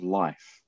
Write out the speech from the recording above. life